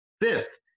fifth